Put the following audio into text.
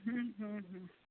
ହୁଁ ହୁଁ ହୁଁ